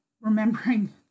remembering